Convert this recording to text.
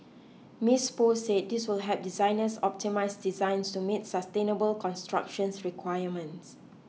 Miss Poh said this will help designers optimise designs to meet sustainable construction requirements